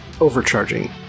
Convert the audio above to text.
overcharging